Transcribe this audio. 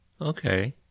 Okay